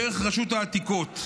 דרך רשות העתיקות,